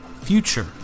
future